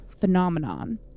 phenomenon